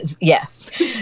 Yes